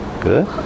good